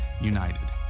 United